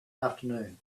afternoon